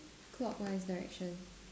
clockwise direction